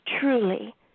truly